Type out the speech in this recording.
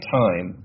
time